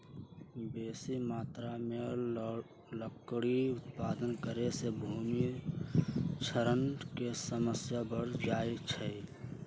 बेशी मत्रा में लकड़ी उत्पादन करे से भूमि क्षरण के समस्या बढ़ जाइ छइ